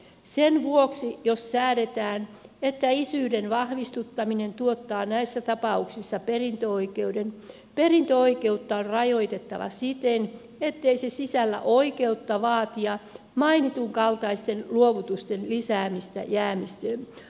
sen vuoksi jos säädetään että isyyden vahvistuttaminen tuottaa näissä tapauksissa perintöoikeuden perintöoikeutta on rajoitettava siten ettei se sisällä oikeutta vaatia mainitunkaltaisten luovutusten lisäämistä jäämistöön